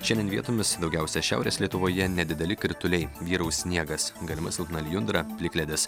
šiandien vietomis daugiausia šiaurės lietuvoje nedideli krituliai vyraus sniegas galima silpna lijundra plikledis